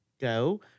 go